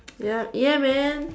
ya ya man